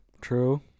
True